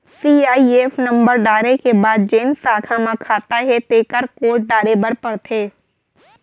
CIF number डारे के बाद जेन साखा म खाता हे तेकर कोड डारे बर परथे